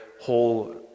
whole